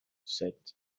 sept